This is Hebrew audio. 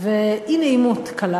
ואי-נעימות קלה.